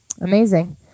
Amazing